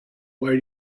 where